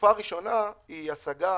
התקופה הראשונה היא השגה